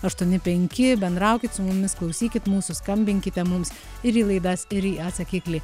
aštuoni penki bendraukit su mumis klausykit mūsų skambinkite mums ir į laidas ir į atsakiklį